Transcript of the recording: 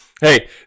hey